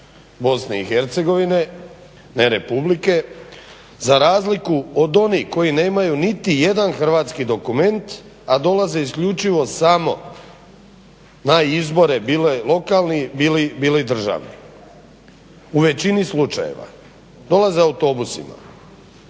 BiH, ne republike, za razliku od onih koji nemaju niti jedan hrvatski dokument a dolaze isključivo samo na izbore, bili lokalni bili državni. U većini slučajeva. Dolaze autobusima.